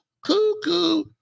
cuckoo